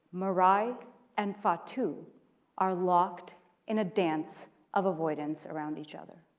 mari and fatu are locked in a dance of avoidance around each other.